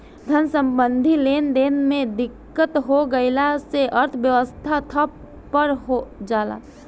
धन सम्बन्धी लेनदेन में दिक्कत हो गइला से अर्थव्यवस्था ठप पर जला